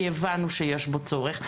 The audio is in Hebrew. כי הבנו שיש בו צורך.